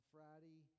Friday